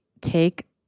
take